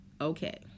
okay